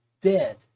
dead